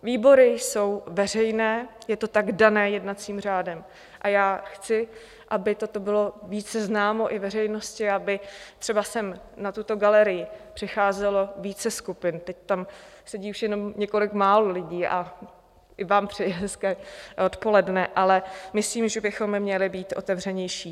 Výbory jsou veřejné, je to tak dané jednacím řádem, a já chci, aby toto bylo více známo i veřejnosti, aby třeba sem na tuto galerii přicházelo více skupin teď tam sedí už jenom několik málo lidí a i vám přeji hezké odpoledne, ale myslím, že bychom měli být otevřenější.